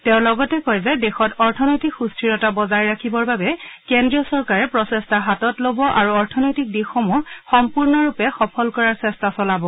তেওঁ লগতে কয় যে দেশত অৰ্থনৈতিক সুস্থিৰতা বজাই ৰাখিবৰ বাবে কেন্দ্ৰীয় চৰকাৰে প্ৰচেষ্টা হাতত ল'ব আৰু অৰ্থনৈতিক দিশসমূহ সম্পূৰ্ণৰূপে সফল কৰাৰ চেষ্টা চলাব